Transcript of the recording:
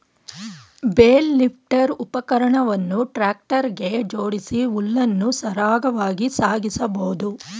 bale lifter ಉಪಕರಣವನ್ನು tractor ಗೆ ಜೋಡಿಸಿ ಹುಲ್ಲನ್ನು ಸರಾಗವಾಗಿ ಸಾಗಿಸಬೋದು